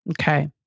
Okay